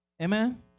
amen